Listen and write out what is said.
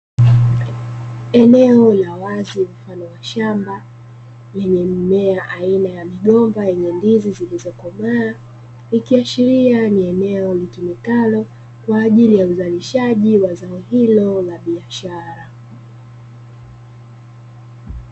Eneo la wazi mfano wa shamba lenye mmea aina ya migomba yenye ndizi zilizokomaa, ikiashiria ni eneo litumikalo kwa ajili ya uzalishaji wa zao hilo la biashara.